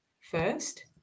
first